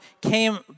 came